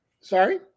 Sorry